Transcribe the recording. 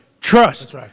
Trust